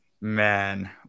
Man